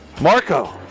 Marco